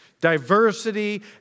Diversity